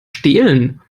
stehlen